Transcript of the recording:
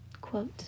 quote